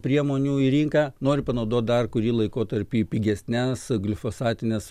priemonių į rinką nori panaudot dar kurį laikotarpį pigesnes glifosatines